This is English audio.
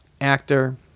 actor